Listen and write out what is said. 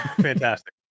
fantastic